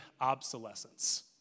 obsolescence